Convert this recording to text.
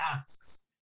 asks